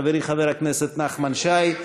חברי חבר הכנסת נחמן שי,